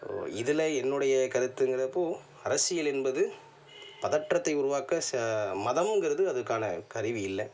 ஓ இதில் என்னுடைய கருத்துங்கிறப்போது அரசியல் என்பது பதற்றத்தை உருவாக்க ச மதமுங்கிறது அதுக்கான கருவி இல்லை